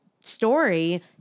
story